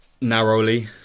narrowly